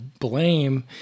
blame